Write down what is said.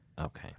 Okay